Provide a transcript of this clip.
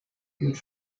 gilt